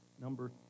Number